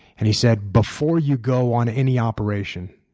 and he said before you go on any operation,